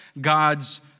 God's